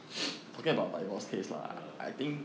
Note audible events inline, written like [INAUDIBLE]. [NOISE] uh